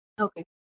Okay